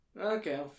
Okay